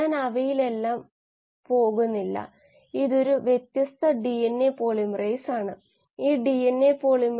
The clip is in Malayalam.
അതിനാൽ വിഭജന അനുപാതം എന്ന് വിളിക്കപ്പെടുന്നു ഇത് ആവശ്യമുള്ള ശാഖയിലൂടെയുള്ള ഫ്ലക്സ് ആണ് എല്ലാ ശാഖകളിലൂടെയും ഫ്ലക്സുകളുടെ ആകെത്തുക കൊണ്ട് ഹരിക്കുന്നു അതാണ് വിഭജന അനുപാതം